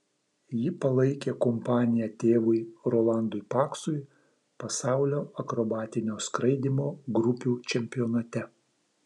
ji palaikė kompaniją tėvui rolandui paksui pasaulio akrobatinio skraidymo grupių čempionate